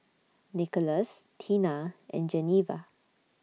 Nickolas Teena and Geneva